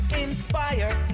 inspire